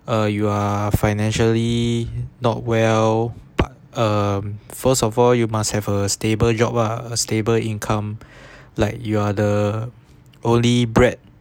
err you're financially not well um first of all you must have a stable job lah stable income like you are the only bread